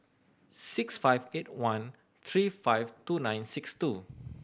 six five eight one three five two nine six two